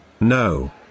No